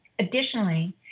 Additionally